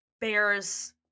bears